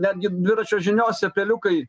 netgi dviračio žiniose peliukai